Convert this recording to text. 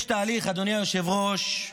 יש תהליך, אדוני היושב-ראש,